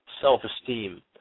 self-esteem